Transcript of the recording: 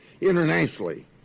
internationally